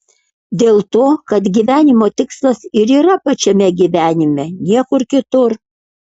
dėl to kad gyvenimo tikslas ir yra pačiame gyvenime niekur kitur